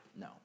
No